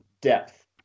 depth